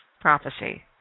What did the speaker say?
Prophecy